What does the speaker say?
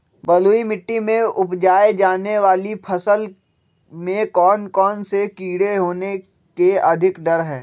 बलुई मिट्टी में उपजाय जाने वाली फसल में कौन कौन से कीड़े होने के अधिक डर हैं?